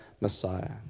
Messiah